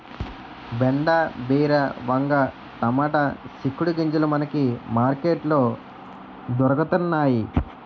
బెండ బీర వంగ టమాటా సిక్కుడు గింజలు మనకి మార్కెట్ లో దొరకతన్నేయి